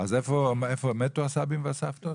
מתו הסבים והסבתות?